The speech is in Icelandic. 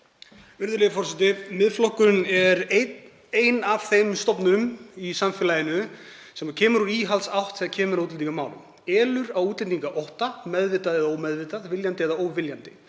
forseti. Miðflokkurinn er einn ein af þeim stofnunum í samfélaginu sem koma úr íhaldsátt þegar kemur að útlendingamálum, elur á útlendingaótta, meðvitað eða ómeðvitað, viljandi eða óviljandi,